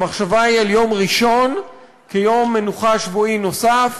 המחשבה היא על יום ראשון כיום מנוחה שבועי נוסף,